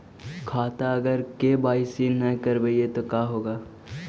खाता अगर के.वाई.सी नही करबाए तो का होगा?